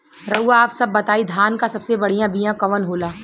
रउआ आप सब बताई धान क सबसे बढ़ियां बिया कवन होला?